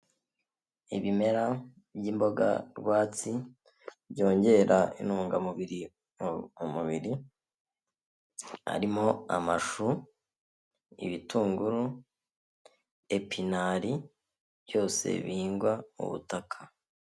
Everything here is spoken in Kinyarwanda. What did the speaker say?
Ibimera by'imboga rwatsi byongera intungamubiri mu mubiri harimo amashu, ibitunguru, epinari byose bihingwa mu butaka.